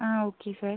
okay sir